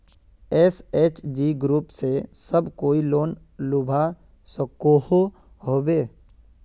SHG group से सब कोई लोन लुबा सकोहो होबे?